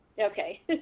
Okay